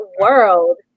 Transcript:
world